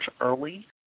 early